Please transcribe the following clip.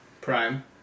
prime